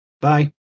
Bye